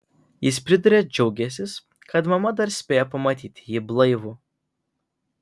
jis priduria džiaugiąsis kad mama dar spėjo pamatyti jį blaivų